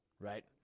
Right